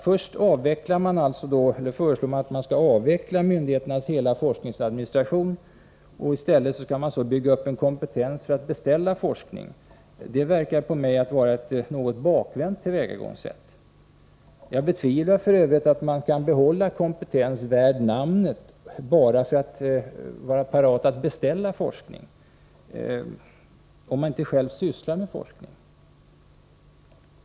Först vill man avveckla myndigheternas hela forskningsadministration. Sedan vill man i Forskningsoch utstället bygga upp en kompetens för forskningsbeställning. Det verkar på mig vecklingsverksamatt vara ett bakvänt tillvägagångssätt. Jag betvivlar f. ö. att man kan behålla het kompetens värd namnet bara för att vara parat att beställa forskning om man inte själv sysslar med forskning.